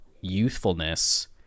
youthfulness